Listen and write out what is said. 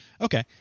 Okay